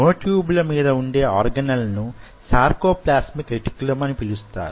మ్యో tube ల మీదవుండే organelle ను సార్కో ప్లాస్మిక్ రెటిక్యులం అని పిలుస్తారు